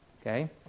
Okay